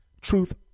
Truth